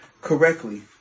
correctly